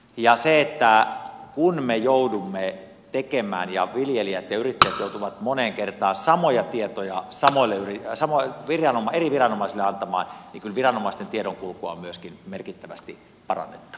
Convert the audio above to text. ja kun me joudumme tekemään ja viljelijät ja yrittäjät joutuvat moneen kertaan samoja tietoja eri viranomaisille antamaan niin kyllä viranomaisten tiedonkulkua on myöskin merkittävästi parannettava